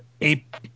ape